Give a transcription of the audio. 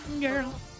Girl